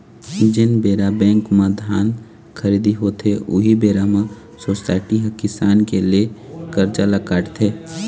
जेन बेरा बेंक म धान खरीदी होथे, उही बेरा म सोसाइटी ह किसान के ले करजा ल काटथे